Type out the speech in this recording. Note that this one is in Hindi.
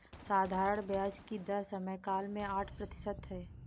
साधारण ब्याज की दर समयकाल में आठ प्रतिशत है